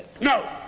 No